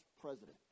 president